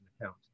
account